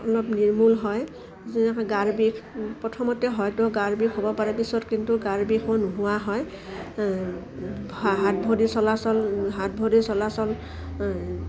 অলপ নিৰ্মূল হয় যেনেকৈ গাৰ বিষ প্ৰথমতে হয়তো গাৰ বিষ হ'ব পাৰে পিছত কিন্তু গাৰ বিষো নোহোৱা হয় হাত ভৰি চলাচল হাত ভৰি চলাচল